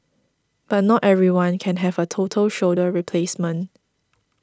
but not everyone can have a total shoulder replacement